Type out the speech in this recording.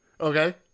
okay